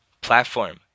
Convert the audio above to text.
platform